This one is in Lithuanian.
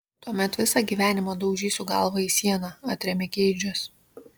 tuomet visą gyvenimą daužysiu galvą į sieną atrėmė keidžas